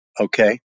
okay